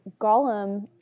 Gollum